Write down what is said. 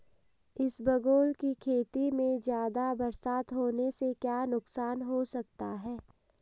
इसबगोल की खेती में ज़्यादा बरसात होने से क्या नुकसान हो सकता है?